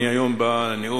אני היום בנאום,